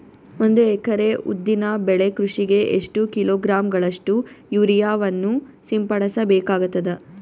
ಒಂದು ಎಕರೆ ಉದ್ದಿನ ಬೆಳೆ ಕೃಷಿಗೆ ಎಷ್ಟು ಕಿಲೋಗ್ರಾಂ ಗಳಷ್ಟು ಯೂರಿಯಾವನ್ನು ಸಿಂಪಡಸ ಬೇಕಾಗತದಾ?